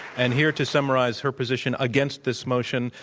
and here to summarize her position against this motion,